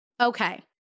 okay